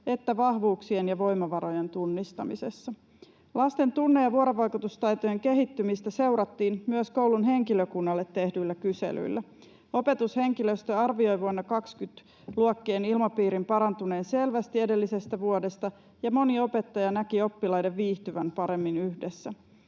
että vahvuuksien ja voimavarojen tunnistamisessa. Lasten tunne‑ ja vuorovaikutustaitojen kehittymistä seurattiin myös koulun henkilökunnalle tehdyillä kyselyillä. Opetushenkilöstö arvioi vuonna 20 luokkien ilmapiirin parantuneen selvästi edellisestä vuodesta, ja moni opettaja näki oppilaiden viihtyvän paremmin yhdessä.